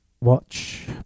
watch